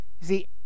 See